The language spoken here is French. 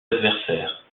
adversaires